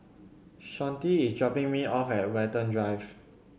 Shawnte is dropping me off at Watten Drive